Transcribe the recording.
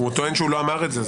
הוא טוען שהוא לא אמר את זה.